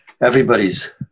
everybody's